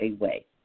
away